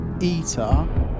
eater